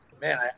man